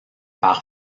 par